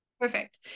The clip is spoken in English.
Perfect